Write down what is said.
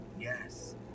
yes